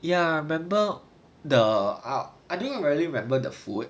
ya remember the ah I didn't really remember the food